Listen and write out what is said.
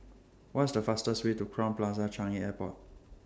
What IS The fastest Way to Crowne Plaza Changi Airport